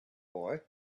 boy